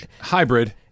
hybrid